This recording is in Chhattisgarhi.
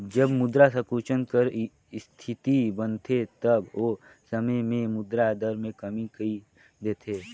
जब मुद्रा संकुचन कर इस्थिति बनथे तब ओ समे में मुद्रा दर में कमी कइर देथे